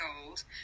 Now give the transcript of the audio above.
gold